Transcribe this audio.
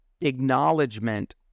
acknowledgement